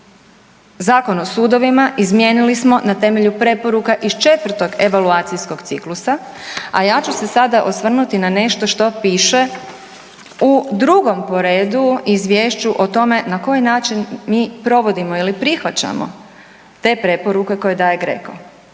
Zakon o sudovima izmijenili smo na temelju preporuka iz 4 evaluacijskog ciklusa, a ja ću se sada osvrnuti na nešto što piše u 2 po redu izvješću o tome na koji način mi provodimo ili prihvaćamo te preporuke koje daje GRECO.